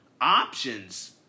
options